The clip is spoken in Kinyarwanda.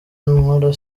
nkora